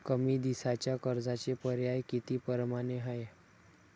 कमी दिसाच्या कर्जाचे पर्याय किती परमाने हाय?